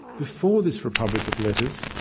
before this republic of letters,